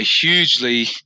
hugely